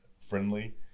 friendly